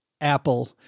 Apple